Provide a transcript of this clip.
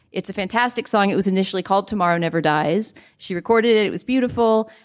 it's a fantastic song. it was initially called tomorrow never dies. she recorded it it was beautiful.